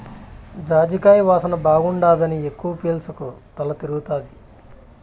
జాజికాయ వాసన బాగుండాదని ఎక్కవ పీల్సకు తల తిరగతాది